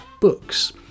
books